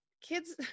kids